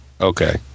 Okay